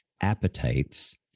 appetites